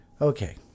Okay